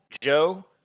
Joe